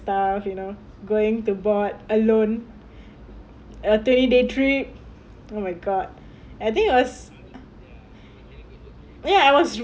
stuff you know going to board alone a twenty day trip oh my god I think I was ya I was